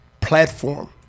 platform